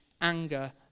anger